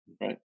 right